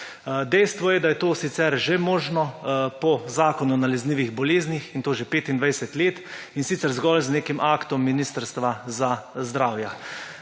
Dejstvo je, da je to sicer že možno po Zakonu o nalezljivih boleznih, in to že 25 let, in sicer zgolj z nekim aktom Ministrstva za zdravje.